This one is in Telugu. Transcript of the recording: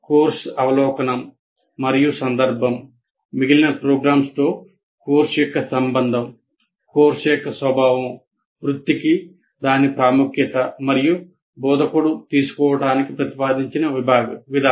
కోర్సు అవలోకనం మరియు సందర్భం మిగిలిన ప్రోగ్రామ్తో కోర్సు యొక్క సంబంధం కోర్సు యొక్క స్వభావం వృత్తికి దాని ప్రాముఖ్యత మరియు బోధకుడు తీసుకోవటానికి ప్రతిపాదించిన విధానం